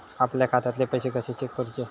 आपल्या खात्यातले पैसे कशे चेक करुचे?